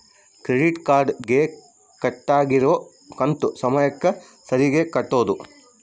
credit card ಗೆ ಕಟ್ಬಕಾಗಿರೋ ಕಂತು ಸಮಯಕ್ಕ ಸರೀಗೆ ಕಟೋದು